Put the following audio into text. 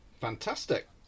Fantastic